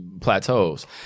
plateaus